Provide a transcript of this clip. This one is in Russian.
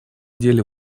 деле